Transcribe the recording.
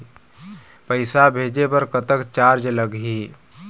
पैसा भेजे बर कतक चार्ज लगही?